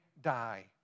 die